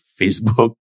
Facebook